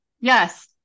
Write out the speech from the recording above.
yes